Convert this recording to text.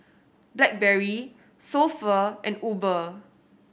Blackberry So Pho and Uber